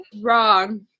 Wrong